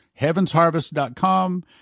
heavensharvest.com